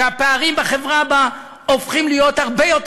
שהפערים בחברה בה הופכים להיות הרבה יותר